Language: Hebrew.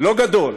לא גדול,